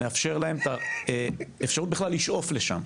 מאפשר להם את האפשרות בכלל לשאוף לשם.